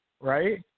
Right